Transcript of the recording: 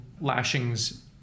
lashings